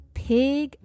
pig